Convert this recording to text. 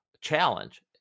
challenge